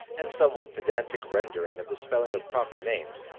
and somewhat pedantic rendering of the spelling of proper names,